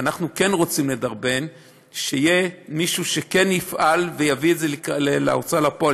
ואנחנו כן רוצים לדרבן שיהיה מישהו שכן יפעל ויביא את זה להוצאה לפועל,